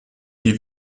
die